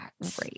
Great